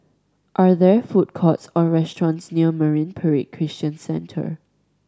are there food courts or restaurants near Marine Parade Christian Centre